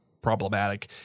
problematic